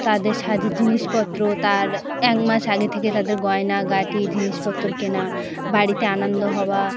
তাদের সাজের জিনিসপত্র তার এক মাস আগে থেকে তাদের গয়নাগাঁটি জিনিসপত্র কেনা বাড়িতে আনন্দ হওয়া